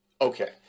okay